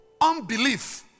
unbelief